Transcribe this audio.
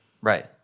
Right